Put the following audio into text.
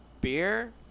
beer